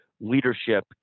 leadership